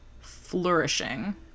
Flourishing